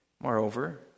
Moreover